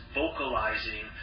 vocalizing